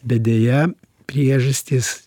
bet deja priežastys